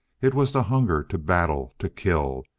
it was the hunger to battle, to kill.